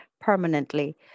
permanently